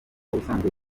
ubusanzwe